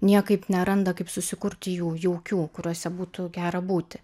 niekaip neranda kaip susikurti jų jaukių kuriuose būtų gera būti